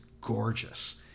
gorgeous